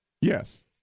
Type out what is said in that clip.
Yes